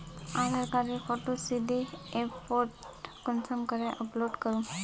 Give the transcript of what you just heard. आधार कार्डेर फोटो सीधे ऐपोत कुंसम करे अपलोड करूम?